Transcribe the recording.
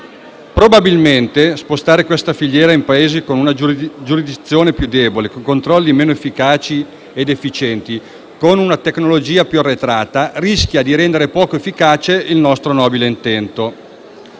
Probabilmente spostare questa filiera in Paesi con una giurisdizione più debole, con controlli meno efficaci ed efficienti, con una tecnologia più arretrata, rischia di rendere poco efficace il nostro nobile intento.